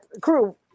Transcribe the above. crew